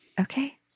Okay